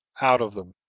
out of them.